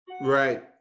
right